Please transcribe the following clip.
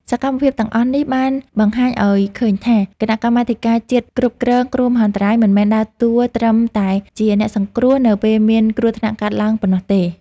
សកម្មភាពទាំងអស់នេះបានបង្ហាញឱ្យឃើញថា គណៈកម្មាធិការជាតិគ្រប់គ្រងគ្រោះមហន្តរាយមិនមែនដើរតួត្រឹមតែជាអ្នកសង្គ្រោះនៅពេលមានគ្រោះថ្នាក់កើតឡើងប៉ុណ្ណោះទេ។